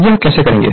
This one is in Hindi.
यह कैसे करेंगे